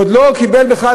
עוד לא קיבל בכלל,